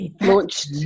launched